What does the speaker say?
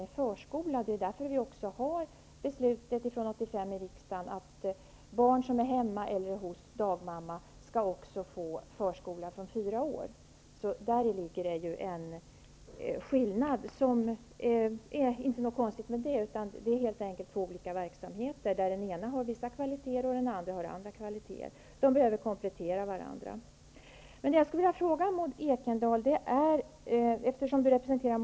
Det är därför som riksdagen 1985 fattade beslut om att barn som är hemma eller hos dagmamma skall beredas möjlighet till förskola från fyra års ålder. Däri ligger skillnaden. Det är inget konstigt alls. Det rör sig helt enkelt om två olika verksamheter, där den ena har vissa kvaliteter och den andra har andra kvaliteter. Verksamheterna behövs som ett komplement till varandra.